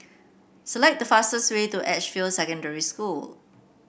select the fastest way to Edgefield Secondary School